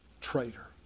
traitor